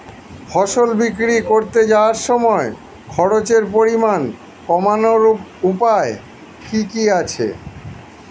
ফসল বিক্রি করতে যাওয়ার সময় খরচের পরিমাণ কমানোর উপায় কি কি আছে?